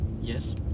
Yes